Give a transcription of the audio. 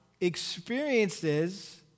experiences